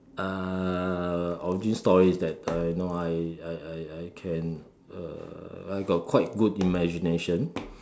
uh origin story is that you know I I I I I can uh I got quite good imagination